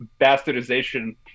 bastardization